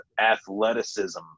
athleticism